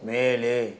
மேலே